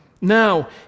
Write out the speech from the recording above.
Now